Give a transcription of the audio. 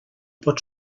pot